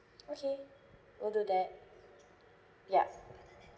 okay will do that ya